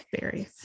berries